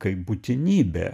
kaip būtinybė